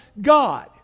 God